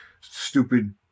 stupid